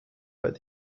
but